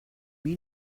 mean